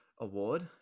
award